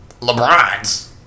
LeBrons